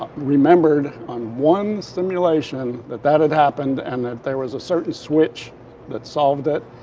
remembered on one simulation that that had happened, and that there was a certain switch that solved it.